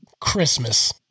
Christmas